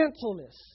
gentleness